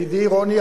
וידידי רוני,